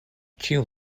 ĉiu